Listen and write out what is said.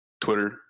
twitter